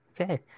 Okay